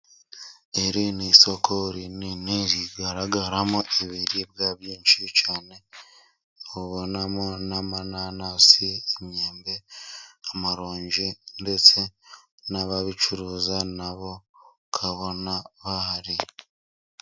Iri ni isoko rinini rigaragaramo ibiribwa byinshi cyane. Ubonamo n'amananasi, imyembe, amaronji. Ndetse n'ababicuruza na bo ukabona bahari.